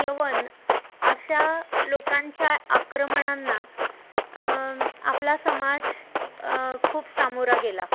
यवन अशा लोकांच्या आक्रमणांना आपला समाज खूप सामोरा गेला